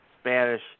Spanish